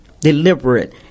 deliberate